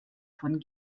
von